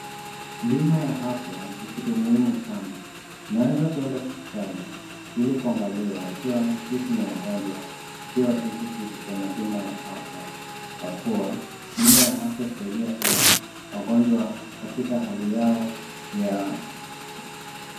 Bima ya afya ni kitu muhimu sana. Unaweza kwenda hospitali ili kwangaliwa ikiwa sisi ni wangonjwa ikiwa tu sisi tuko na bima ya afya, kwa kuwa, bima ya afya husaidia sana wagonjwa katika hali yao ya ...